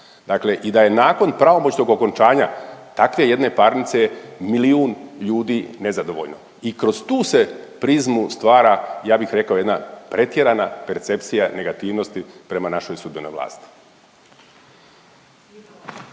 dakle i da je nakon pravomoćnog okončanja takve jedne parnice milijun ljudi nezadovoljno i kroz tu se prizmu stvara ja bih rekao jedna pretjerana percepcija negativnosti prema našoj sudbenoj vlasti.